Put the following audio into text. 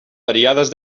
variades